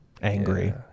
Angry